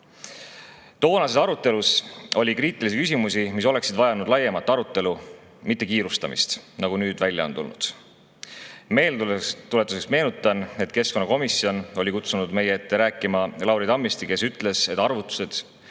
Toonases arutelus oli kriitilisi küsimusi, mis oleksid vajanud laiemat arutelu, mitte kiirustamist, nagu nüüd välja on tulnud. Meeldetuletuseks meenutan, et keskkonnakomisjon oli kutsunud meie ette rääkima Lauri Tammiste, kes ütles, et arvutused,